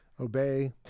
obey